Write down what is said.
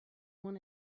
wanna